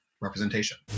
representation